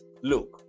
look